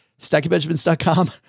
stackybenjamins.com